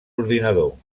ordinador